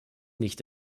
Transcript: nicht